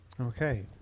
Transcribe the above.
Okay